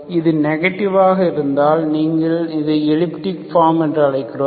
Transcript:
இது நெகடிவ் இருந்தால் நீங்கள் இந்த எலிப்டிக் வடிவம் என்று அழைக்கிறீர்கள்